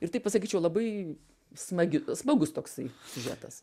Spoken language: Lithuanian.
ir taip pasakyčiau labai smagi smagus toksai siužetas